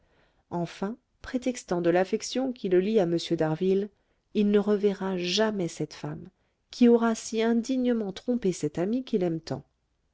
enfin prétextant de l'affection qui le lie à m d'harville il ne reverra jamais cette femme qui aura si indignement trompé cet ami qu'il aime tant